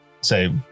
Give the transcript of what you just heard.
Say